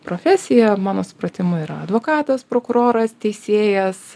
profesija mano supratimu yra advokatas prokuroras teisėjas